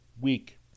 week